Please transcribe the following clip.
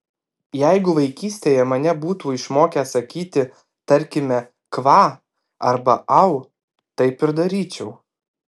jeigu vaikystėje mane būtų išmokę sakyti tarkime kva arba au taip ir daryčiau